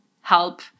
help